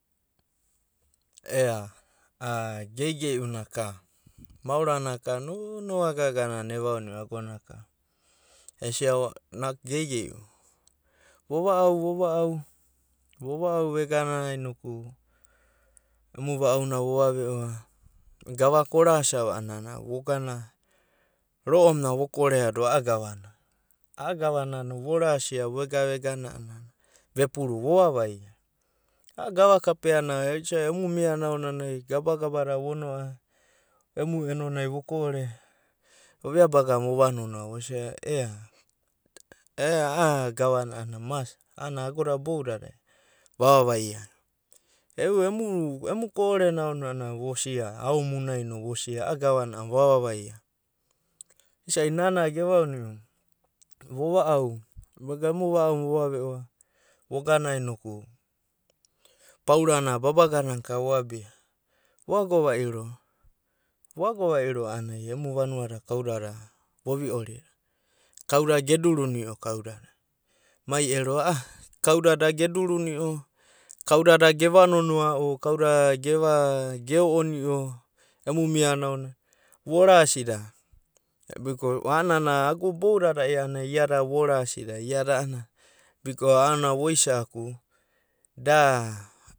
Ea, geigei una ka, mao va na ka nonoa gaga na ka eve oniu ogona ka, esia geigei u, vova’au, vova’au vegana emu va’au na vo vaveo’a, gavaka orasia ava a’anana vogana ro’o muna vokorea a’agava na, a’a gava na no vorasia vegana vegana a’anana a’agavanana vovo va vaia, a’a gava kape’ana, gabagaba da voko’ore a’anana emu eno nai voko’ore ovia bagana vova nonoa, ed a’a gavana a’anana mast ago da bouda dai vavavaia. Emu ko’ore na aonanai a’anana vosia, uko munai no vasia a’agava na a’anana vavavaia, isai na gevaoniu, emu va’auna, vo va’au emu va’auna vogana vo va veo’o vogana inoku paaurana babaganana ka vo abia, vo agovairo, vogagao’vaino a’anana, emu vanua da kau da voviori da kauda gedurinio kauda da, mai ero a’a kauda da ge dorunio kau dada, kauda da geva nonoa a’o, geo’onio, kauda geo onio kau dada emu mia no nai vorasia da, ago da boudada onina emu mia nai vorasia badina.